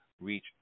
Reach